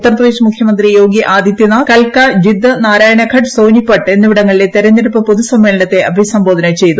ഉത്തർപ്രദേശ് മുഖ്യമന്ത്രി യോഗിആദിത്യനാഥ് കൽക്ക ജിന്ദ് നാരായണഘട്ട് സോനിപട്ട് എന്നിവിടങ്ങളിലെ തെരഞ്ഞെടുപ്പ് പൊതുസ്സമ്മേളനത്തെ അഭിസംബോധന ചെയ്തു